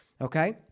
okay